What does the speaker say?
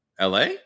LA